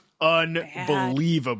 unbelievable